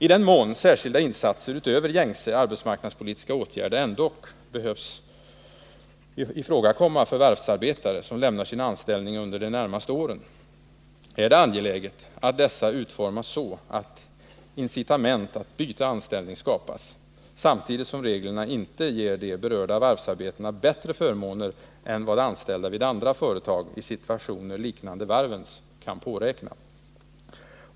I den mån särskilda insatser utöver gängse arbetsmarknadspolitiska åtgärder ändock bedöms behöva ifrågakomma för varvsarbetare som lämnar sin anställning under de närmaste åren, är det angeläget att dessa utformas så att incitament att byta anställning skapas, samtidigt som reglerna inte ger de berörda varvsarbetarna bättre förmåner än vad anställda vid andra företag i situationer liknande varvens kan påräkna.